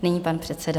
Nyní pan předseda.